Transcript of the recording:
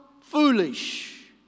foolish